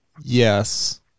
Yes